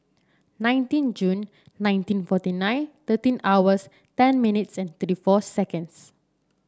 nineteen June nineteen forty nine thirteen hours ten minutes and thirty four seconds